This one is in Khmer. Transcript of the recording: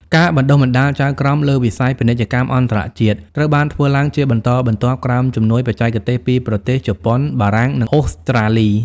ការបណ្ដុះបណ្ដាលចៅក្រមលើវិស័យពាណិជ្ជកម្មអន្តរជាតិ ត្រូវបានធ្វើឡើងជាបន្តបន្ទាប់ក្រោមជំនួយបច្ចេកទេសពីប្រទេសជប៉ុន បារាំង និងអូស្ត្រាលី។